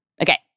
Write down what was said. Okay